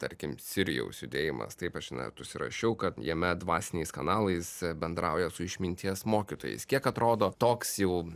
tarkim sirijaus judėjimas taip aš net užsirašiau kad jame dvasiniais kanalais bendrauja su išminties mokytojais kiek atrodo toks jau